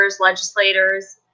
legislators